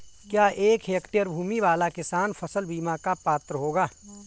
क्या एक हेक्टेयर भूमि वाला किसान फसल बीमा का पात्र होगा?